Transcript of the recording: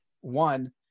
one